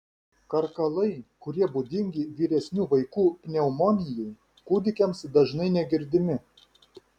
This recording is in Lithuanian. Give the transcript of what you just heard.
karkalai kurie būdingi vyresnių vaikų pneumonijai kūdikiams dažnai negirdimi